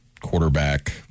quarterback